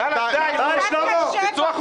יש לי תיקון לנוסח.